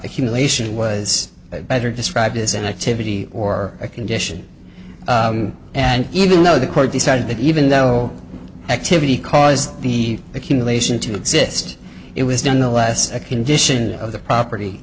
accumulation was better described as an activity or a condition and even though the court decided that even though activity caused the accumulation to exist it was done the last a condition of the property